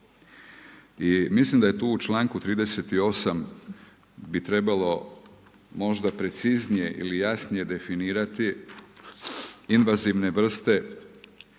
I mislim da je tu u članku 38. bi trebalo možda preciznije ili jasnije definirati invazivne vrste.